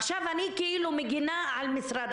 עכשיו אני כאילו מגינה על משרד החינוך.